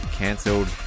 cancelled